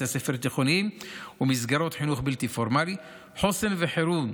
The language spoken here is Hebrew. בתי ספר תיכוניים ומסגרות חינוך בלתי פורמלי; חוסן וחירום,